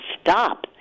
stop